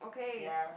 ya